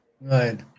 Right